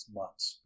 months